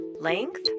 Length